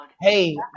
hey